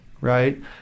right